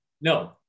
No